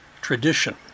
tradition